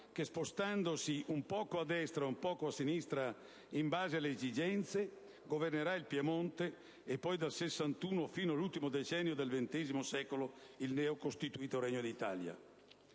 che spostandosi un po' a destra o un po' a sinistra in base alle esigenze, governerà il Piemonte e poi dal 1861 fino all'ultimo decennio del XX secolo il neo costituito Regno di Italia.